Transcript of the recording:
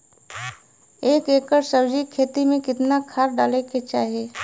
एक एकड़ सब्जी के खेती में कितना खाद डाले के चाही?